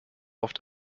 oft